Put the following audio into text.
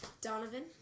Donovan